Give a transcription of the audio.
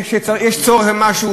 כשיש צורך במשהו,